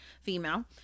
female